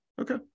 okay